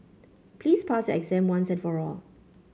please pass your exam once and for all